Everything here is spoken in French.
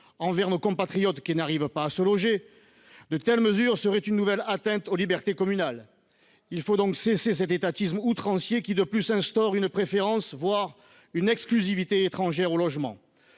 de nos compatriotes qui n’arrivent pas à se loger, de telles mesures seraient une nouvelle atteinte aux libertés communales. Il faut donc cesser cet étatisme outrancier qui, de plus, instaure, une préférence, voire une exclusivité, étrangère au logement.